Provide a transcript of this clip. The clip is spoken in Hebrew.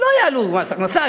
לא יעלו מס הכנסה,